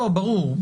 ברור.